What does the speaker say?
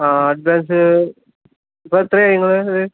ആ അഡ്രസ്സ് ഇപ്പോൾ എത്രയായി നിങ്ങളെ ഇത്